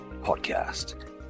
Podcast